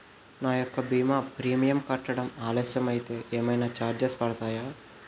నా యెక్క భీమా ప్రీమియం కట్టడం ఆలస్యం అయితే ఏమైనా చార్జెస్ పడతాయా?